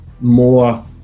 more